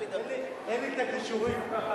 אין לי הכישורים.